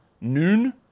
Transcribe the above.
Noon